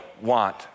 want